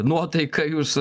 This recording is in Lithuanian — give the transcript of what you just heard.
nuotaika jūs